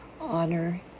honor